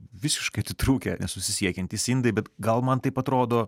visiškai atitrūkę nesusisiekiantys indai bet gal man taip atrodo